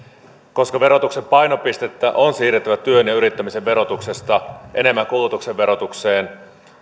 koska verotuksen painopistettä on siirrettävä työn ja yrittämisen verotuksesta enemmän kulutuksen verotukseen